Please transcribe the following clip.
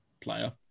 player